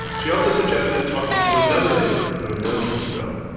she also suggested talking to another neighbor who had known turkey bill.